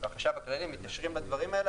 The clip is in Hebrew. והחשב הכללי מתיישרים בדברים האלה,